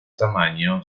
tamaño